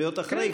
להיות אחרי,